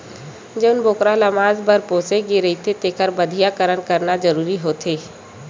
जउन बोकरा ल मांस बर पोसे गे रहिथे तेखर बधियाकरन करना जरूरी होथे